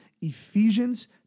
Ephesians